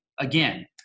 again